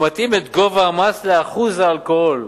מתאים את גובה המס לאחוז האלכוהול.